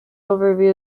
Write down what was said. overview